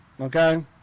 okay